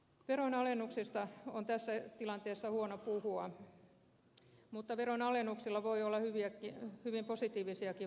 veronalennuksista on tässä tilanteessa huono puhua mutta veronalennuksilla voi olla hyvin positiivisiakin vaikutuksia